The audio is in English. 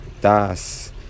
Das